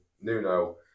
Nuno